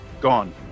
Gone